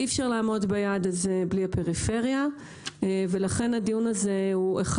אי אפשר לעמוד ביעד הזה בלי הפריפריה ולכן הדיון הזה הוא אחד